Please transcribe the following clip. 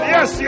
Yes